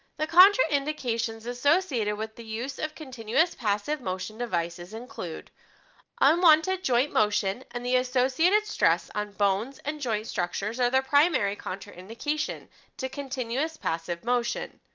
the contraindications associated with the use of continuous passive motion devices include unwanted joint motion and the associated stress on bones and joints structures are the primary contraindication to continuous passive motion.